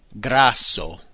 Grasso